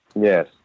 Yes